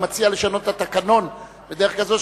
אני מציע לשנות את התקנון בדרך כזאת,